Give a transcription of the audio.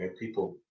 people